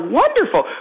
wonderful